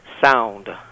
sound